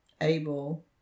able